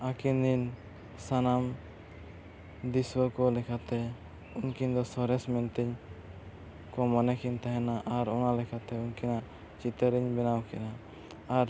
ᱟᱹᱠᱤᱱᱨᱮᱱ ᱥᱟᱱᱟᱢ ᱫᱤᱥᱩᱣᱟᱹ ᱠᱚ ᱞᱮᱠᱟᱛᱮ ᱩᱱᱠᱤᱱ ᱫᱚ ᱥᱚᱨᱮᱥ ᱢᱮᱱᱛᱮ ᱠᱚ ᱢᱚᱱᱮ ᱠᱤᱱ ᱛᱟᱦᱮᱱᱟ ᱟᱨ ᱚᱱᱟ ᱞᱮᱠᱟᱛᱮ ᱩᱱᱠᱤᱱᱟᱜ ᱪᱤᱛᱟᱹᱨ ᱤᱧ ᱵᱮᱱᱟᱣ ᱠᱮᱫᱼᱟ ᱟᱨ